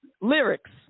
Lyrics